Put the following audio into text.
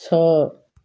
ଛଅ